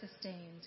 sustained